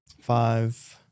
Five